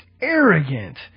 arrogant